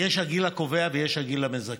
יש הגיל הקובע ויש הגיל המזכה.